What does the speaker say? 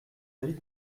avis